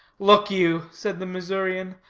look you, said the missourian,